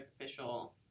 official